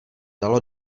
dalo